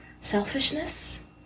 selfishness